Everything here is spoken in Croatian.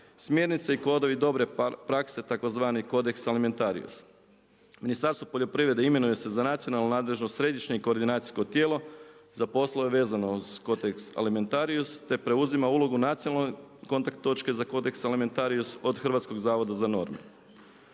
smjernice i kodovi dobre prakse tzv. kodeks alimentarius. Ministarstvo poljoprivrede imenuje se za nacionalnu nadležnost središnje i koordinacijsko tijelo za poslove vezano uz kodeks alimentarius te preuzima ulogu nacionalne kontakt točke za kodeks alimentarius od Hrvatskog zavoda za norme.